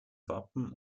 wappen